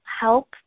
help